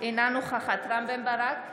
אינה נוכחת רם בן ברק,